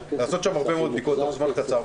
לעשות בו הרבה מאוד בדיקות תוך פרק זמן קצר,